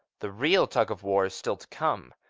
the real tug of war is still to come.